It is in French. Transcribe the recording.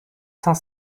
cinq